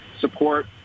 support